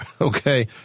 okay